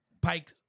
Pike